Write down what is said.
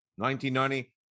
1990